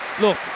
look